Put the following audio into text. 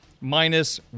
minus